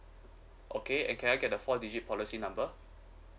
okay and can I get the four digit policy number